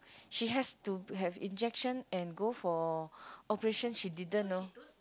she has to have injection and go for operation she didn't you know